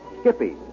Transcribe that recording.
Skippy